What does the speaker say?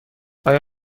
آیا